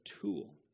tool